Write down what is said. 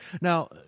Now